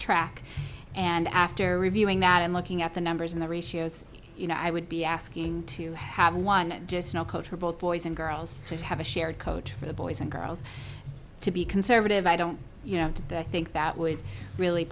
track and after reviewing that and looking at the numbers and the ratios you know i would be asking to have one just now coach for both boys and girls to have a shared coach for the boys and girls to be conservative i don't you know that i think that would really